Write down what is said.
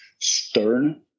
stern